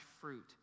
fruit